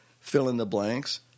fill-in-the-blanks